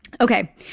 Okay